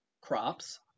crops